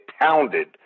pounded